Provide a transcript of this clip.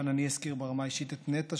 כאן אני אזכיר ברמה האישית את נטע,